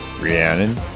Rhiannon